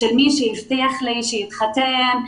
של מי שהבטיח לי שיתחתן אתי,